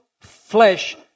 flesh